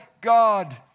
God